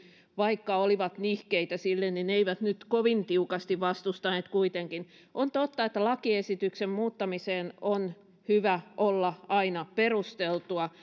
vaikka olivat nihkeitä sille eivät nyt kovin tiukasti vastustaneet kuitenkaan on totta että lakiesityksen muuttamisen on hyvä olla aina perusteltua